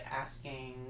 asking